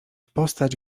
postać